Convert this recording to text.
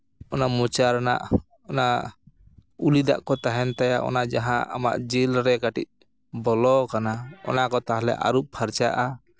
ᱚᱱᱟ ᱢᱚᱪᱟ ᱨᱮᱱᱟᱜ ᱚᱱᱟ ᱩᱞᱤ ᱫᱟᱜ ᱠᱚ ᱛᱟᱦᱮᱱ ᱛᱟᱭᱟ ᱚᱱᱟ ᱡᱟᱦᱟᱸ ᱟᱢᱟᱜ ᱡᱤᱞᱨᱮ ᱠᱟᱹᱴᱤᱡ ᱵᱚᱞᱚ ᱟᱠᱟᱱᱟ ᱚᱱᱟ ᱠᱚ ᱛᱟᱦᱚᱞᱮ ᱟᱹᱨᱩᱵ ᱯᱷᱟᱨᱪᱟᱜᱼᱟ